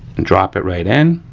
and drop it right in.